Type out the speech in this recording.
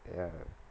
ya